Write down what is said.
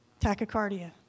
Tachycardia